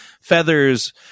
feathers